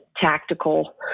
tactical